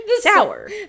sour